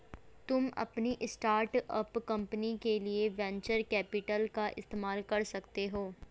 तुम अपनी startup company के लिए वेन्चर कैपिटल का इस्तेमाल कर सकते हो